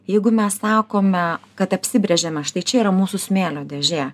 jeigu mes sakome kad apsibrėžiame štai čia yra mūsų smėlio dėžė